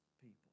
people